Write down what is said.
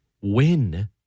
win